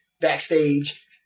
backstage